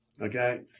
Okay